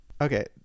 Okay